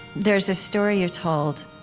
there's a story you told.